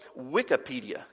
Wikipedia